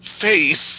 face